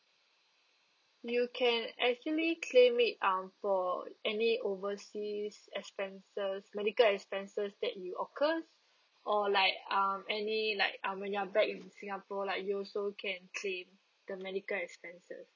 you can actually claim it um for any overseas expenses medical expenses that you occurs or like um any like um when you are back in singapore like you also can claim the medical expenses